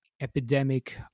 epidemic